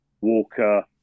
walker